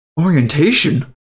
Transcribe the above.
Orientation